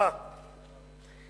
כמו כן,